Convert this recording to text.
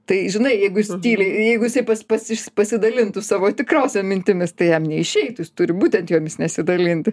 tai žinai jeigu jis tyli jeigu jisai pas pasi pasidalintų savo tikrosiom mintimis tai jam neišeitų jis turi būtent jomis nesidalinti